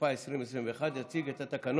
התשפ"א 2021, נתקבלו.